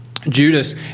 Judas